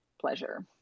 pleasure